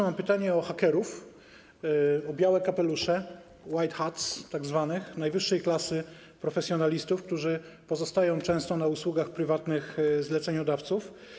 Mam pytanie o hakerów, o białe kapelusze, tzw. white hats, o najwyższej klasy profesjonalistów, którzy pozostają często na usługach prywatnych zleceniodawców.